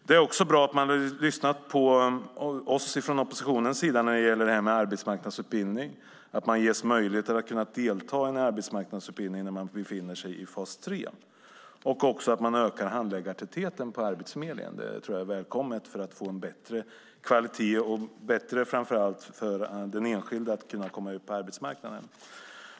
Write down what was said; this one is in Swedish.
Det är också bra att man har lyssnat på oss i oppositionen när det gäller detta med arbetsmarknadsutbildning, att man ges möjlighet att delta i en arbetsmarknadsutbildning när man befinner sig i fas 3, och även att handläggartätheten på Arbetsförmedlingen ökas, vilket jag tror är välkommet för att få en bättre kvalitet och framför allt är bättre för den enskilde för att kunna komma ut på arbetsmarknaden.